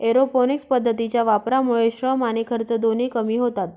aeroponics पद्धतीच्या वापरामुळे श्रम आणि खर्च दोन्ही कमी होतात